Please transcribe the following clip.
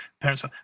parents